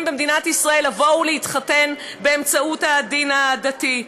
במדינת ישראל לבוא ולהתחתן באמצעות הדין הדתי.